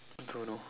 don't know